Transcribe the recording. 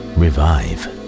revive